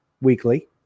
weekly